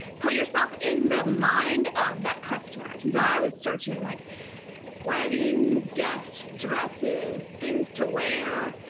put yourself in the mind of that customer. so i was searching like wedding guest dresses, things to wear.